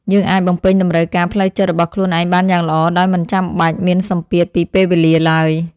យើងអាចបំពេញតម្រូវការផ្លូវចិត្តរបស់ខ្លួនឯងបានយ៉ាងល្អ ដោយមិនចាំបាច់មានសម្ពាធពីពេលវេលាឡើយ។